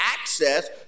access